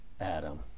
Adam